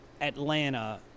Atlanta